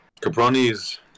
Caproni's